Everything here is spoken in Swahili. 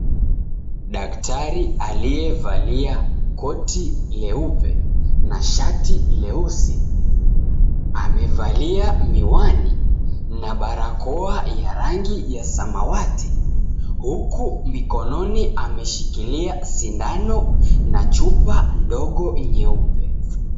Daktari aliyevalia koti leupe na shati leusi amevalia miwani na barakoa ya rangi ya samawati huku mikononi ameshikilia sindano na chupa ndogo nyeupe.